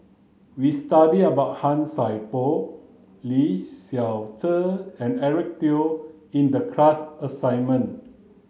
we studied about Han Sai Por Lee Seow Ser and Eric Teo in the class assignment